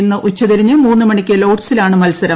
ഇന്ന് ഉച്ചതിരിഞ്ഞ് മൂന്ന് മണിക്ക് ലോഡ്സിലാണ് മത്സരം